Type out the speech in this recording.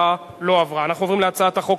הצעת חוק